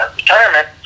retirement